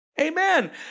Amen